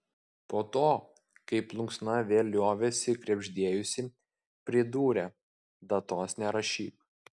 po to kai plunksna vėl liovėsi krebždėjusi pridūrė datos nerašyk